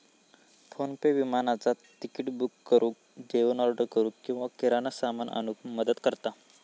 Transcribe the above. PhonePe विमानाचा ticket book करुक, जेवण ऑर्डर करूक किंवा किराणा सामान आणूक मदत करता